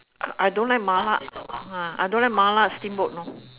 uh I don't like mala I don't like mala steamboat know